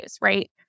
right